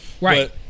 Right